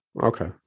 Okay